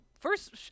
first